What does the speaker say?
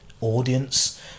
audience